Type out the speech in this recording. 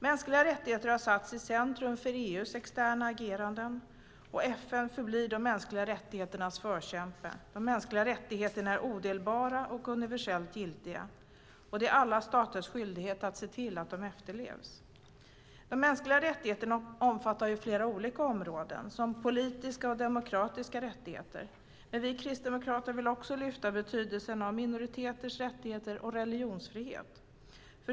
Mänskliga rättigheter har satts i centrum för EU:s externa agerande. FN förblir de mänskliga rättigheternas förkämpe. De mänskliga rättigheterna är odelbara och universellt giltiga. Det är alla staters skyldighet att se till att de efterlevs. De mänskliga rättigheterna omfattar flera olika områden, som politiska och demokratiska rättigheter. Vi kristdemokrater vill också lyfta fram betydelsen av minoriteters rättigheter och religionsfrihet.